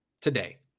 today